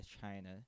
China